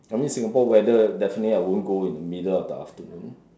I mean Singapore definitely I won't go in the middle of the afternoon